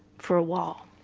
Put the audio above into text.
for a while.